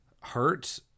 hurt